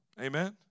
Amen